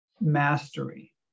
mastery